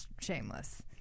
shameless